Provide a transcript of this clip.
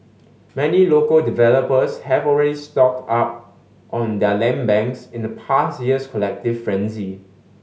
many local developers have already stocked up on their land banks in the past year's collective frenzy